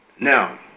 Now